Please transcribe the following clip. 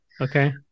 Okay